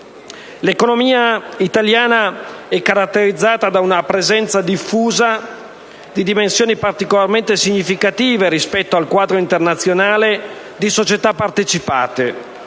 L'economia italiana è caratterizzata da una presenza diffusa, di dimensioni particolarmente significative rispetto al quadro internazionale, di società partecipate,